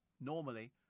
normally